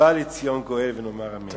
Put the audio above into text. ובא לציון גואל ונאמר אמן.